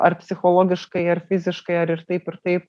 ar psichologiškai ar fiziškai ar ir taip ir taip